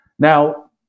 Now